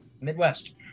Midwest